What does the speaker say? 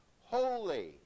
holy